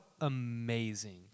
amazing